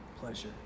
pleasure